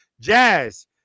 Jazz